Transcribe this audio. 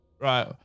Right